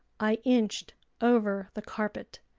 i inched over the carpet,